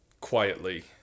quietly